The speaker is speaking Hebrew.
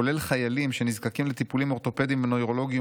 כולל חיילים שנזקקים לטיפולים אורתופדיים ונוירולוגיים